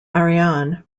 ariane